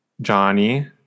Johnny